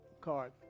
card